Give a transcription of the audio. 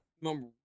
number